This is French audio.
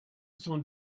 sont